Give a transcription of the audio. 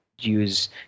use